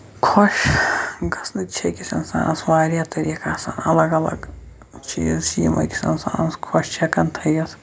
خۄش گژھنٕکۍ چھِ أکِس اِنسانَس واریاہ طریٖقہٕ آسان اَلگ اَلگ چیٖز چھِ یِم أکِس اِنسانَس خۄش ہیٚکن تھٲیِتھ